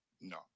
no